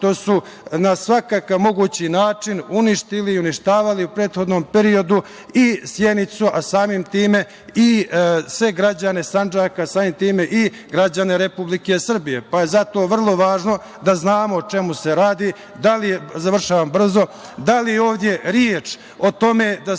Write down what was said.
što su na svakakav mogući način uništili i uništavali u prethodnom periodu i Sjenicu, a samim tim i sve građane Sandžaka, samim tim i građane Republike Srbije. Zato je vrlo važno da znamo o čemu se radi, da li je ovde reč o tome da su